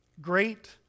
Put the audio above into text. great